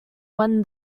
when